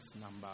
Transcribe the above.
number